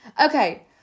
Okay